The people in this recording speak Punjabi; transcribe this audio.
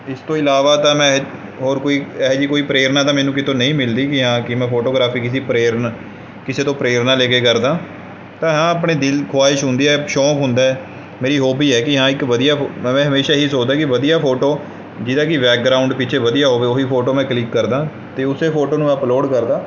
ਇਸ ਤੋਂ ਇਲਾਵਾ ਤਾਂ ਮੈਂ ਹੋਰ ਕੋਈ ਇਹੋ ਜਿਹੀ ਕੋਈ ਪ੍ਰੇਰਨਾ ਤਾਂ ਮੈਨੂੰ ਕਿਤੋਂ ਨਹੀਂ ਮਿਲਦੀ ਵੀ ਹਾਂ ਕਿ ਮੈਂ ਫੋਟੋਗ੍ਰਾਫੀ ਕੀਤੀ ਪ੍ਰੇਰਨ ਕਿਸੇ ਤੋਂ ਪ੍ਰੇਰਨਾ ਲੈ ਕੇ ਕਰਦਾ ਤਾਂ ਹਾਂ ਆਪਣੇ ਦਿਲ ਖਵਾਇਸ਼ ਹੁੰਦੀ ਹੈ ਸ਼ੌਂਕ ਹੁੰਦਾ ਮੇਰੀ ਹੋਬੀ ਹੈ ਕਿ ਹਾਂ ਇੱਕ ਵਧੀਆ ਮੈਂ ਹਮੇਸ਼ਾ ਇਹ ਹੀ ਸੋਚਦਾ ਕਿ ਵਧੀਆ ਫੋਟੋ ਜਿਹਦਾ ਕਿ ਬੈਕਗਰਾਊਂਡ ਪਿੱਛੇ ਵਧੀਆ ਹੋਵੇ ਉਹ ਹੀ ਫੋਟੋ ਮੈਂ ਕਲਿੱਕ ਕਰਦਾ ਅਤੇ ਉਸ ਫੋਟੋ ਨੂੰ ਅਪਲੋਡ ਕਰਦਾ